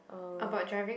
uh